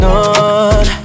on